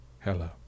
Hello